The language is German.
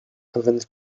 verwendet